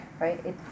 right